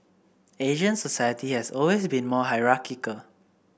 Asian society has always been more hierarchical